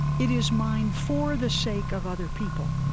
it is mine for the sake of other people.